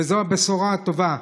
וזו הבשורה הטובה,